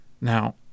Now